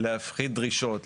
להפחית דרישות",